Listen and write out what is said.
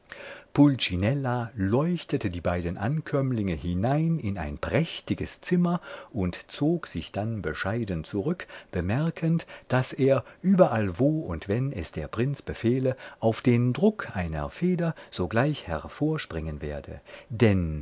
leuchtete die beiden ankömmlinge hinein in ein prächtiges zimmer und zog sich dann bescheiden zurück bemerkend daß er überall wo und wenn es der prinz befehle auf den druck einer feder sogleich hervorspringen werde denn